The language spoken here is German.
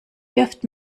wirft